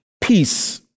Peace